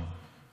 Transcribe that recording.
עקרונות.